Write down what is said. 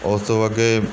ਉਸ ਤੋਂ ਅੱਗੇ